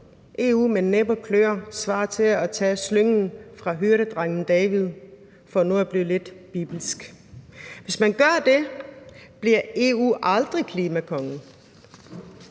EU, med næb og klør svarer til at tage slyngen fra hyrdedrengen David, for nu at blive lidt bibelsk. Hvis man gør det, bliver EU aldrig klimakongen.